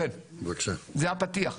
כן, זה הפתיח.